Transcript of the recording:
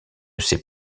sait